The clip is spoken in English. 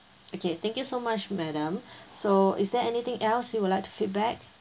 okay thank you so much madam so is there anything else you would like to feedback